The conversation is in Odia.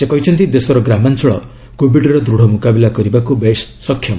ସେ କହିଛନ୍ତି ଦେଶର ଗ୍ରାମାଞ୍ଚଳ କୋବିଡ୍ର ଦୃଢ଼ ମୁକାବିଲା କରିବାକୁ ବେଶ୍ ସକ୍ଷମ